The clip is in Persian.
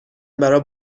برا